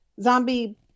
Zombie